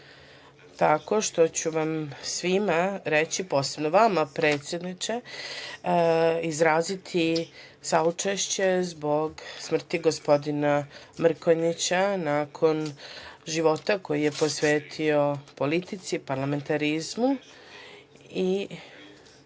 tako što ću vam svima, posebno vama, predsedniče, izraziti saučešće zbog smrti gospodina Mrkonjića nakon života koji je posvetio politici, parlamentarizmu i sa